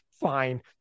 Fine